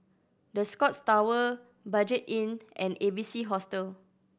The Scotts Tower Budget Inn and A B C Hostel